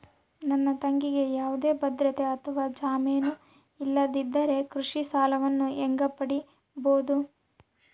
ನನ್ನ ತಂಗಿಗೆ ಯಾವುದೇ ಭದ್ರತೆ ಅಥವಾ ಜಾಮೇನು ಇಲ್ಲದಿದ್ದರೆ ಕೃಷಿ ಸಾಲವನ್ನು ಹೆಂಗ ಪಡಿಬಹುದು?